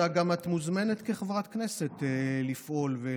את גם מוזמנת כחברת כנסת לפעול ולהציע הצעות חוק.